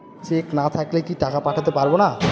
Check না থাকলে কি টাকা পাঠাতে পারবো না?